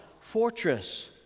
fortress